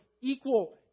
equal